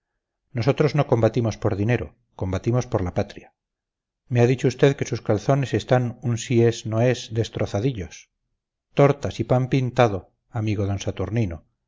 nosotros no combatimos por dinero combatimos por la patria me ha dicho usted que sus calzones están un sí es no es destrozadillos tortas y pan pintado amigo d saturnino